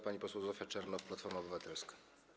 Pani poseł Zofia Czernow, Platforma Obywatelska.